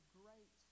great